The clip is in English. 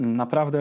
naprawdę